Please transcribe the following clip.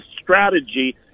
strategy